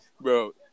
Bro